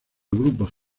grupo